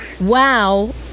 Wow